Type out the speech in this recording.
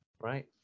right